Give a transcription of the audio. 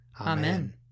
Amen